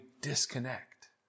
disconnect